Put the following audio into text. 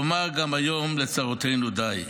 יאמר גם היום לצרותינו די.